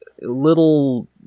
little